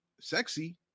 sexy